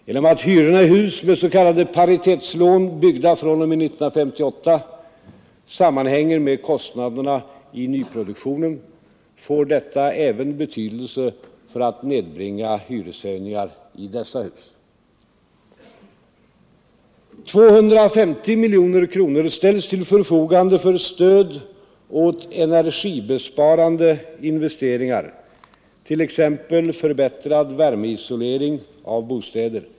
Genom att hyrorna i hus med s.k. paritetslån, byggda fr.o.m. 1958, sammanhänger med kostnaderna i nyproduktionen, får detta även betydelse för att nedbringa hyreshöjningar i dessa hus. 250 miljoner kronor ställs till förfogande för stöd åt energibesparande investeringar, t.ex. förbättrad värmeisolering av bostäder.